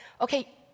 Okay